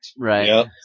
Right